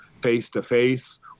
face-to-face